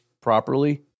properly